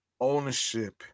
ownership